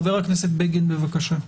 חבר הכנסת בגין, בבקשה.